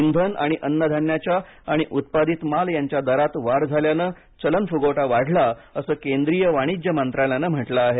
इंधन आणि अन्न धान्याच्या आणि उत्पादित माल यांच्या दरात वाढ झाल्यानं चलन फुगवटा वाढला असं केंद्रीय वाणिज्य मंत्रालयानं म्हटलं आहे